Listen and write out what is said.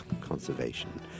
conservation